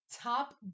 top